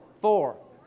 Four